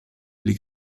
pli